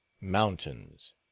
mountains